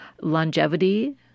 longevity